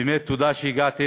באמת, תודה שהגעתם.